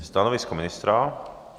Stanovisko ministra?